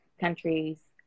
countries